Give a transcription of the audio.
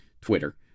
Twitter